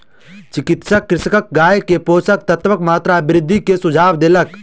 चिकित्सक कृषकक गाय के पोषक तत्वक मात्रा में वृद्धि के सुझाव देलक